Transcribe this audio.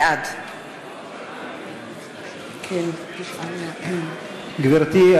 בעד גברתי,